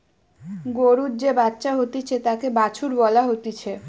গরুর যে বাচ্চা হতিছে তাকে বাছুর বলা হতিছে